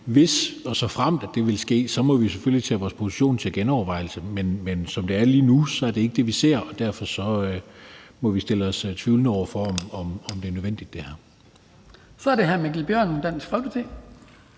Hvis og såfremt det måtte ske, må vi selvfølgelig tage vores position til genovervejelse, men som det er lige nu, er det ikke det, vi ser, og derfor må vi stille os tvivlende over for, om det her er nødvendigt. Kl. 17:59 Den fg. formand (Hans Kristian